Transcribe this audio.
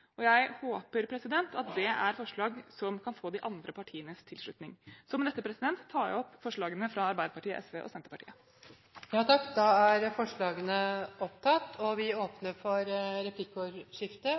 skatteparadiser. Jeg håper at det er forslag som kan få de andre partienes tilslutning. Jeg tar med dette opp forslagene fra Arbeiderpartiet, SV og Senterpartiet. Representanten Marianne Marthinsen har tatt opp de forslag hun refererte til. Det blir replikkordskifte. Det er